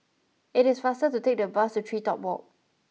it is faster to take the bus to TreeTop Walk